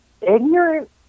ignorant